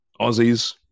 Aussies